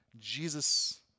Jesus